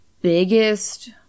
biggest